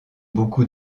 beaucoup